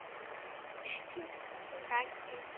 ঠিক আছে রাখছি